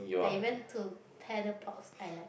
I went to Paddlepox I like